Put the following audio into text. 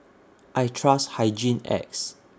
I Trust Hygin X